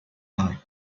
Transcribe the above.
are